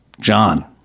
John